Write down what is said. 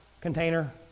container